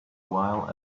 while